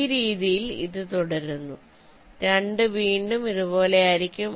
ഈ രീതിയിൽ ഇത് തുടരുന്നു 2 വീണ്ടും ഇതുപോലെ ആയിരിക്കും